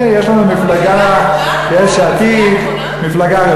הנה, יש לנו מפלגה יש עתיד, אתה במפלגה הנכונה?